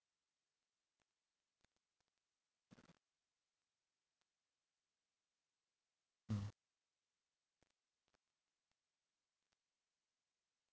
ah